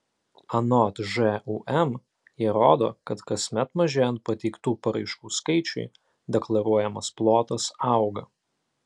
anot žūm jie rodo kad kasmet mažėjant pateiktų paraiškų skaičiui deklaruojamas plotas auga